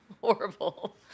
horrible